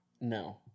No